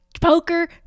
poker